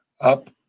up